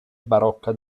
barocca